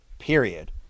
Period